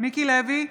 מיקי לוי,